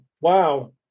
wow